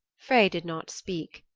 frey did not speak,